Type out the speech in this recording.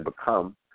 become